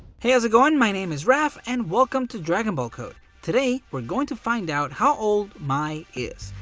hey how's it going my name is raf and welcome to dragon ball code. today we are going to find out how old mai is.